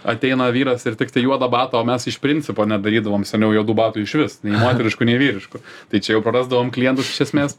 ateina vyras ir tiktai juodą batą o mes iš principo nedarydavom seniau juodų batų išvis nei moteriškų nei vyriškų tai čia jau prarasdavom klientus iš esmės